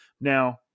Now